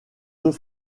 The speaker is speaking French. deux